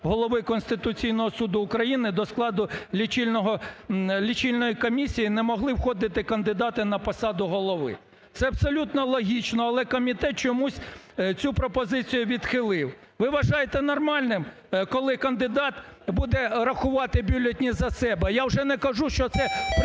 голови Конституційного Суду України до складу лічильного... лічильної комісії не могли входити кандидати на посаду голови. Це абсолютно логічно, але комітет чомусь цю пропозицію відхилив. Ви вважаєте нормальним, коли кандидат буде рахувати бюлетені за себе? Я вже не кажу, що це,